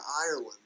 Ireland